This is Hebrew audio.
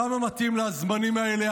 כמה מתאים לזמנים האלה.